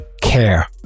care